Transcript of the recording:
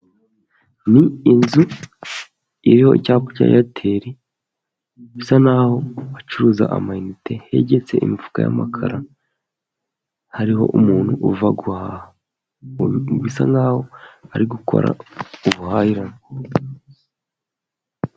Ni inzu iriho icyapa cya airtel. Bisa n'aho bacuruza amayinite. Hegetse imifuka y'amakara, hariho umuntu uva guhaha. Bisa nk'aho ari gukora ubuhahirane.